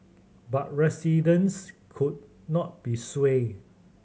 but residents could not be swayed